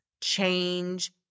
change